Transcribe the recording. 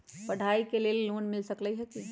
पढाई के लेल लोन मिल सकलई ह की?